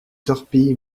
torpilles